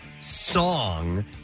song